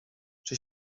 czy